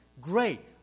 Great